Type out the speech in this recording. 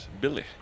Billy